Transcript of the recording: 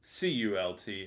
CULT